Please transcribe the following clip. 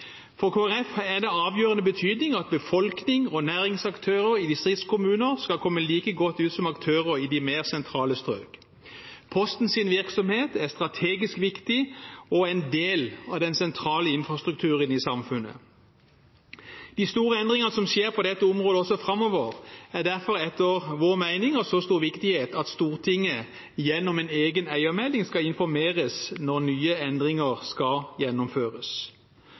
Folkeparti er det av avgjørende betydning at befolkning og næringsaktører i distriktskommuner skal komme like godt ut som aktører i de mer sentrale strøk. Postens virksomhet er strategisk viktig og en del av den sentrale infrastrukturen i samfunnet. De store endringene som skjer på dette området også framover, er derfor – etter vår mening – av så stor viktighet at Stortinget gjennom en egen eiermelding skal informeres når nye endringer skal gjennomføres.